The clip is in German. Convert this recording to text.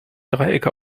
dreiecke